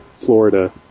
Florida